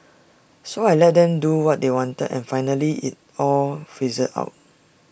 so I let them do what they wanted and finally IT all fizzled out